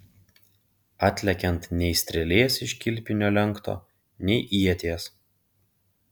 atlekiant nei strėlės iš kilpinio lenkto nei ieties